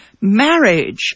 marriage